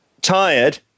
tired